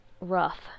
rough